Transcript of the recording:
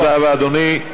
תודה רבה, אדוני.